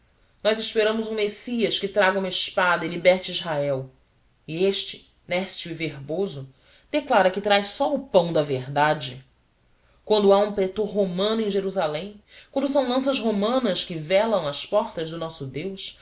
nós esperamos um messias que traga uma espada e liberte israel e este néscio e verboso declara que traz só o pão da verdade quando há um pretor romano em jerusalém quando são lanças romanas que velam às portas do nosso deus